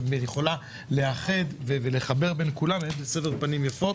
שיכולה לאחד ולחבר בין כולם בסבר פנים יפות.